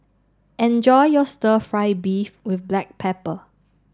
enjoy your Stir Fry Beef with Black Pepper